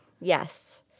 Yes